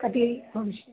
कति भविष्